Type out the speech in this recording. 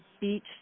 Beach